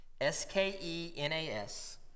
S-K-E-N-A-S